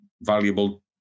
valuable